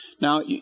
Now